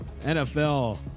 NFL